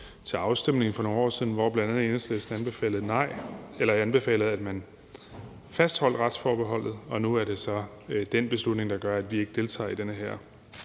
til afstemning for nogle år siden, hvor bl.a. Enhedslisten anbefalede, at man fastholdt retsforbeholdet, og nu er det så den beslutning, der gør, at vi ikke deltager i den her